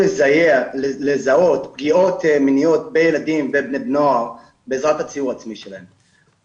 לזהות פגיעות מיניות בילדים ובבני נוער בעזרת הציור העצמי שלהם.